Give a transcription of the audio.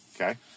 Okay